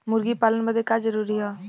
मुर्गी पालन बदे का का जरूरी ह?